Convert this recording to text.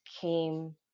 came